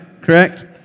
Correct